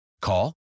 Call